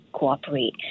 Cooperate